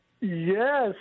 Yes